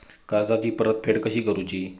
कर्जाची परतफेड कशी करूची?